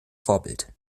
vorbild